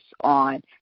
on